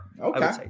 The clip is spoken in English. okay